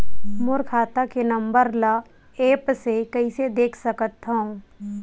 मोर खाता के नंबर ल एप्प से कइसे देख सकत हव?